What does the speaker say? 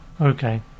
Okay